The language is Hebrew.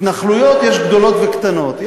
אדוני השר, התנחלויות, יש גדולות וקטנות.